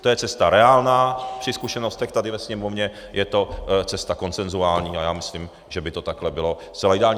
To je cesta reálná, při zkušenostech tady ve Sněmovně je to cesta konsenzuální a já myslím, že by to takhle bylo zcela ideální.